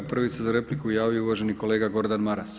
Prvi se za repliku javio uvaženi kolega Gordan Maras.